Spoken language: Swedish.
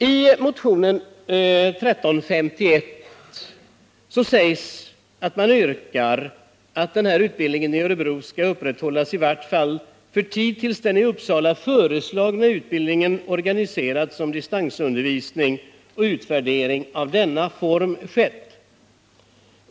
I motionen 1351 yrkas att utbildningen i Örebro skall upprätthållas i vart fall för tid intill dess den till Uppsala föreslagna utbildningen organiserats som distansundervisning och utvärdering av undervisningen i denna form skett.